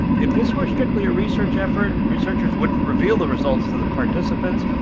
and if this were strictly a research effort, researchers wouldn't reveal the results to the participants.